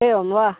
एवं वा